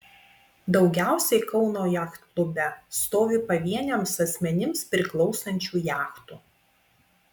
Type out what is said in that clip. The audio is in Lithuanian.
daugiausiai kauno jachtklube stovi pavieniams asmenims priklausančių jachtų